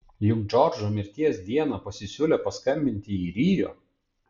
juk džordžo mirties dieną pasisiūlė paskambinti į rio